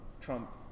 Trump